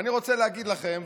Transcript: אני רוצה להגיד לכם,